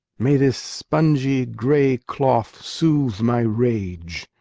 may this spongy, gray cloth soothe my rage.